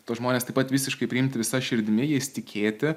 tuos žmones taip pat visiškai priimti visa širdimi jais tikėti